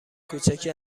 کوچکی